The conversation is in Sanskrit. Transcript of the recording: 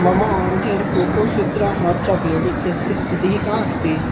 मम आर्डर् कोकोसूत्र हाट् चोकोलेट् इत्यस्य स्थितिः का अस्ति